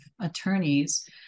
attorneys